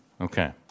Okay